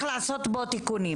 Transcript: שצריך לעשות בו תיקונים.